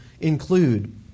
include